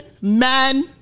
man